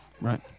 right